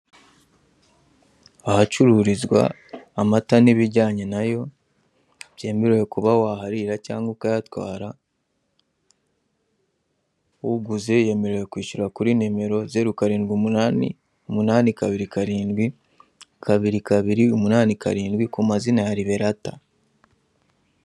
Ahacururizwa amata n'ibijyanye nayo byemerewe kuba waharira cyangwa ukayatwara uguze yemerewe kwishyura kuri nimero; zero karindwi umunani umunani kabiri karindwi kabiri kabiri umunani karindwi ku mazina ya Riberata.